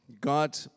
God